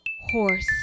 horse